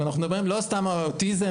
ואנחנו מדברים לא סתם על אוטיזם,